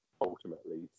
ultimately